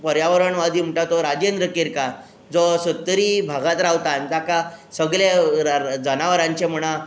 पर्यावरणवादी म्हणटा तो राजेंद्र केरकार जो सत्तरी भागान रावतात जाका सगले जनावरांचे म्हणात